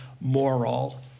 moral